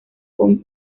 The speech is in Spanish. con